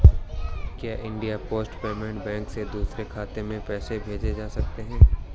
क्या India post payment bank से दूसरे खाते में पैसे भेजे जा सकते हैं?